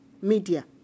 media